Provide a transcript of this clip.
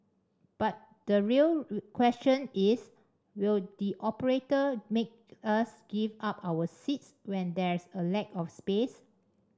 but the real question is will the operator make us give up our seats when there's a lack of space